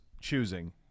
choosing